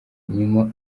nyuma